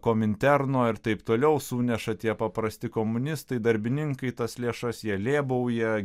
kominterno ir taip toliau suneša tie paprasti komunistai darbininkai tas lėšas jie lėbauja